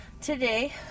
Today